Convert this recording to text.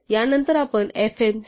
यानंतर आपण fm cf